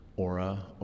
Aura